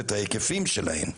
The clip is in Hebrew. את ההיקפים שלהן.